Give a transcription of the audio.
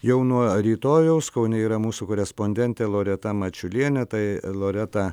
jau nuo rytojaus kaune yra mūsų korespondentė loreta mačiulienė tai loreta